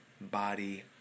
body